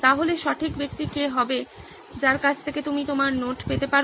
তাহলে সঠিক ব্যক্তি কে হবে যার কাছ থেকে তুমি তোমার নোট পেতে পারো